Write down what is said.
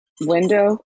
window